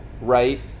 right